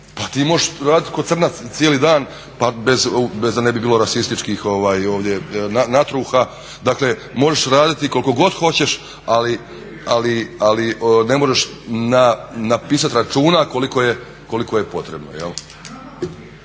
Pa ti možeš raditi ko crnac cijeli dan, bez da ne bi bilo rasističkih ovdje natruha. Dakle, možeš raditi koliko god hoćeš ali ne možeš napisat računa koliko je potrebno.